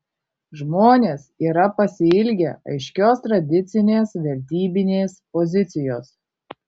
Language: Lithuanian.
žmonės yra pasiilgę aiškios tradicinės vertybinės pozicijos